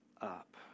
up